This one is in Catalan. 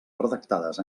redactades